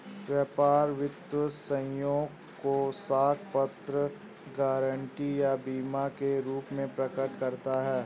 व्यापार वित्त स्वयं को साख पत्र, गारंटी या बीमा के रूप में प्रकट करता है